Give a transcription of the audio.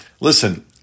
Listen